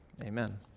Amen